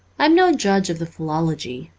i am no judge of the philology,